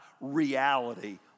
reality